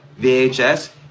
VHS